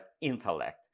intellect